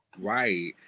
Right